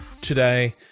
today